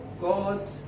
God